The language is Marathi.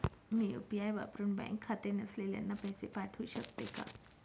मी यू.पी.आय वापरुन बँक खाते नसलेल्यांना पैसे पाठवू शकते का?